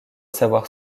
savoir